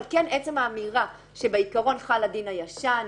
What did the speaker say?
אבל כן בעצם האמירה שבעיקרון חל הדין הישן,